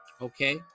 okay